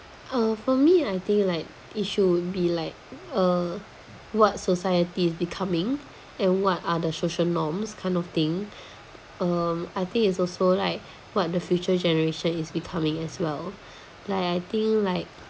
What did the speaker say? uh for me I think like issue would be like uh what society is becoming and what other social norms kind of thing um I think it's also like what the future generation is becoming as well like I think like